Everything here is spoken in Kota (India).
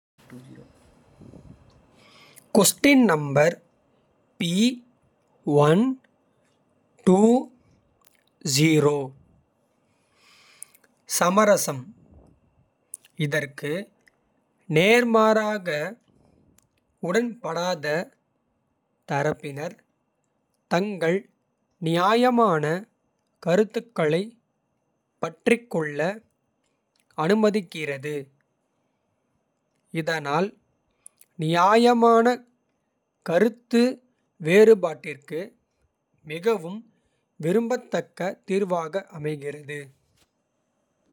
சமரசம் இதற்கு நேர்மாறாக உடன்படாத தரப்பினர். தங்கள் நியாயமான கருத்துக்களைப் பற்றிக்கொள்ள. அனுமதிக்கிறது இதனால் நியாயமான கருத்து. வேறுபாட்டிற்கு மிகவும் விரும்பத்தக்க தீர்வாக அமைகிறது.